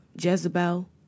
Jezebel